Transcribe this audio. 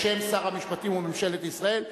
בשם שר המשפטים וממשלת ישראל,